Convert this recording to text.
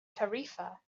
tarifa